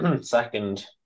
second